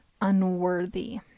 unworthy